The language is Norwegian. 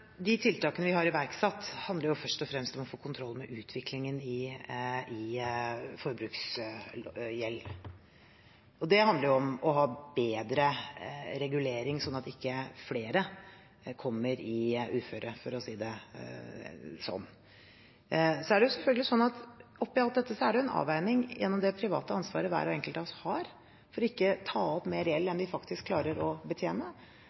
De tiltakene vi har iverksatt, handler først og fremst om å få kontroll med utviklingen i forbruksgjeld. Det handler om å ha bedre regulering, sånn at ikke flere kommer i uføre, for å si det sånn. Så er det selvfølgelig sånn at oppe i alt dette er det en avveining gjennom det private ansvaret hver enkelt av oss har for ikke å ta opp mer gjeld enn vi klarer å betjene.